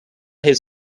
his